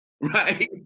right